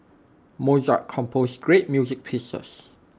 Mozart composed great music pieces